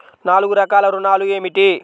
నాలుగు రకాల ఋణాలు ఏమిటీ?